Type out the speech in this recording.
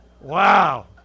Wow